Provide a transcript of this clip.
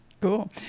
cool